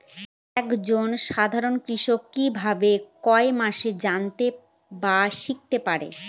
এক জন সাধারন কৃষক কি ভাবে ই কমার্সে জানতে বা শিক্ষতে পারে?